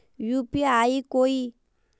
UPI कोई